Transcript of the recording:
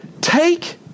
Take